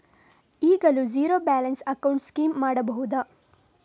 ಈಗಲೂ zero balance account scheme ಮಾಡಬಹುದಾ?